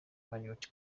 marriot